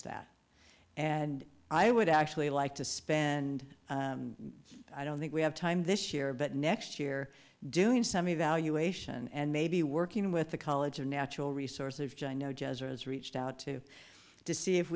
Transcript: that and i would actually like to spend and i don't think we have time this year but next year doing some evaluation and maybe working with the college of natural resources johnno jazzers reached out to to see if